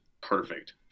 perfect